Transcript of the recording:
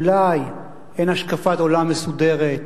אולי, אין השקפת עולם מסודרת,